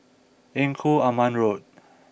Engku Aman Road